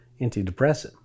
antidepressant